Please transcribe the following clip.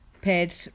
paid